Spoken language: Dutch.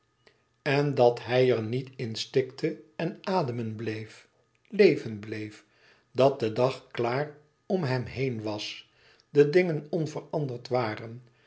en dat hij er niet in stikte en ademen bleef leven bleef dat de dag klaar om hem heen was de dingen onveranderd waren